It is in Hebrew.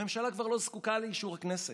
הממשלה כבר לא זקוקה לאישור הכנסת.